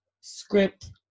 script